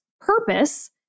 purpose